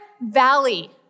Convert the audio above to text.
valley